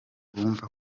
bumva